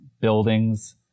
buildings